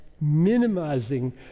minimizing